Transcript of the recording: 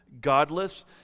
Godless